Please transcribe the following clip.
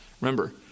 Remember